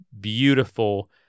Beautiful